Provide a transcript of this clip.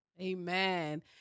Amen